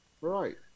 Right